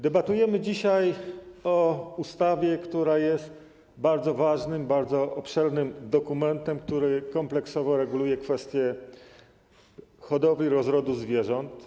Debatujemy dzisiaj o ustawie, która jest bardzo ważnym, bardzo obszernym dokumentem, który kompleksowo reguluje kwestie hodowli, rozrodu zwierząt.